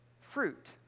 fruit